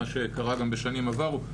מה שקרה גם בשנים עברו,